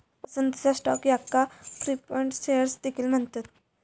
पसंतीचा स्टॉक याका preferred shares देखील म्हणतत